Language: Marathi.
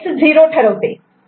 तर हे S0 ठरवते